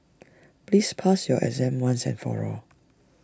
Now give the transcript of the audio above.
please pass your exam once and for all